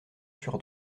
sur